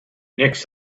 next